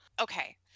Okay